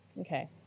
Okay